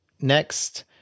next